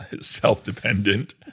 self-dependent